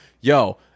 Yo